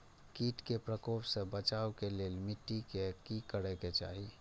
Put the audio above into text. किट के प्रकोप से बचाव के लेल मिटी के कि करे के चाही?